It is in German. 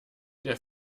der